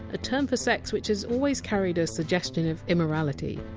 a term for sex which has always carried a suggestion of immorality.